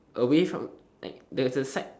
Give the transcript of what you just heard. away from like there's a side